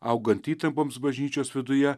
augant įtampoms bažnyčios viduje